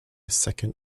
second